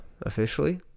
officially